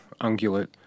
ungulate